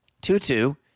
Two-two